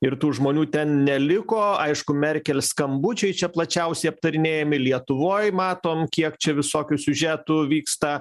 ir tų žmonių ten neliko aišku merkel skambučiai čia plačiausiai aptarinėjami lietuvoj matom kiek čia visokių siužetų vyksta